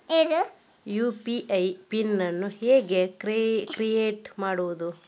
UPI PIN ಅನ್ನು ಹೇಗೆ create ಮಾಡುದು?